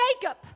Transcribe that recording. Jacob